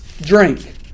drink